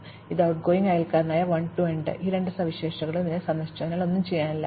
വീണ്ടും ഇതിന് going outgoing അയൽക്കാരായ 1 2 ഉണ്ട് രണ്ട് സവിശേഷതകളും ഇതിനകം സന്ദർശിച്ചു അതിനാൽ ഒന്നും ചെയ്യാനില്ല